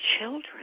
children